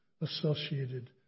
associated